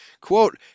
quote